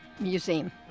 museum